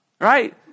Right